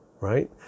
right